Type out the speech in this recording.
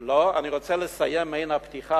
לא, אני רוצה לסיים מעין הפתיחה.